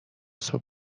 صبح